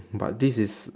but this is